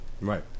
Right